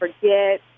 forget